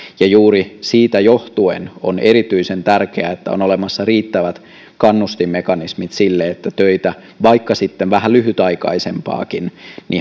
juuri siitä johtuen on erityisen tärkeää että on olemassa riittävät kannustinmekanismit sille että töitä vaikka sitten vähän lyhytaikaisempiakin